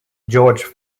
george